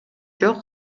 жок